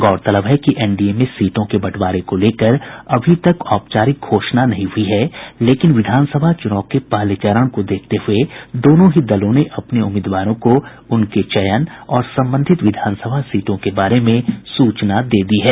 गौरतलब है कि एनडीए में सीटों के बंटवारे को लेकर अभी तक औपचारिक घोषणा नहीं हुई है लेकिन विधानसभा चुनाव के पहले चरण को देखते हुए दोनों ही दलों ने अपने उम्मीदवारों को उनके चयन और संबंधित विधानसभा सीटों के बारे में सूचना दे दी है